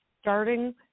starting